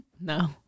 no